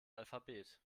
alphabet